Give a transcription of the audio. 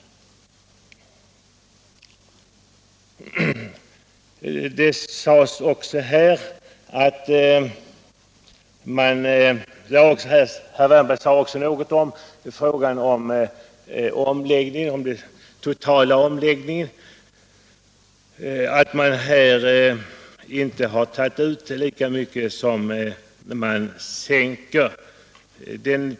Herr Wärnberg tog också upp finansieringen av skatteomläggningen och menade att man inte tagit ut lika mycket i nya avgifter som man sänkt den statliga inkomstskatten.